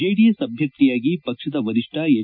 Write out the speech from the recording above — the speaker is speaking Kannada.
ಜೆಡಿಎಸ್ ಅಭ್ಲರ್ಥಿಯಾಗಿ ಪಕ್ಷದ ವರಿಷ್ಠ ಎಚ್